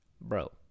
bro